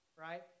right